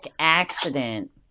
accident